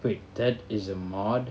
wait that is a mod